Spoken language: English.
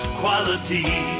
quality